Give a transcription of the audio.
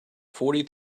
forty